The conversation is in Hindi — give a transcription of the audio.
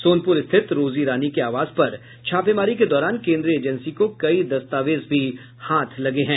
सोनपुर स्थित रोजी रानी के आवास पर छापेमारी के दौरान केन्द्रीय एजेंसी को कई दस्तावेज भी हाथ लगे हैं